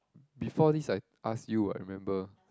before this I ask you what remember